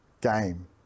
game